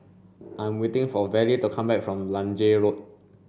I am waiting for Vallie to come back from Lange Road